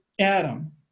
Adam